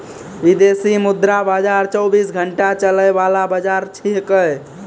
विदेशी मुद्रा बाजार चौबीस घंटा चलय वाला बाजार छेकै